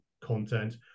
content